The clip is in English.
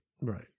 Right